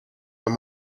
that